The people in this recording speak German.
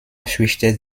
fürchtet